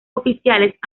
oficiales